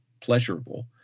pleasurable